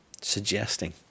suggesting